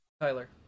Tyler